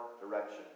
direction